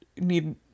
need